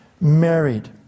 married